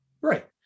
Right